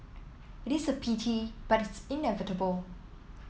it is a pity but it's inevitable